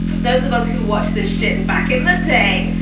those of us who watch this shit and back in the day.